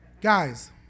Guys